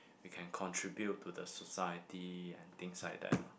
we can contribute to the society and things like that lah